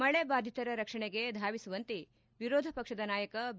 ಮಳೆ ಬಾಧಿತರ ರಕ್ಷಣೆಗೆ ಧಾವಿಸುವಂತೆ ವಿರೋಧ ಪಕ್ಷದ ನಾಯಕ ಬಿ